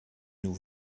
nous